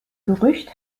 gerücht